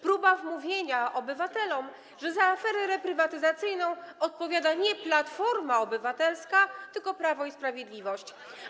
Próba wmówienia obywatelom, że za aferę reprywatyzacyjną odpowiada nie Platforma Obywatelska, tylko Prawo i Sprawiedliwość.